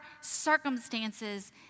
circumstances